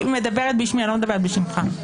אני מדברת בשמי, אני לא מדברת בשמך.